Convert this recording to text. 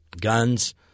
Guns